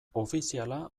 ofiziala